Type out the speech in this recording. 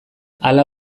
hala